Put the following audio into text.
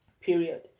Period